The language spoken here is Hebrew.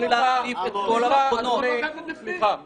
מידע כאמור בפסקה זו יוגש בצירוף פירוט בדבר מקור המידע.